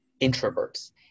introverts